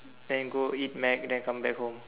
then go eat Mac then come back home